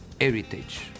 heritage